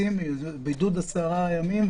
להם בידוד 10 ימים?